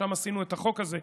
ששם עשינו את החוק הזה,